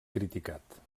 criticat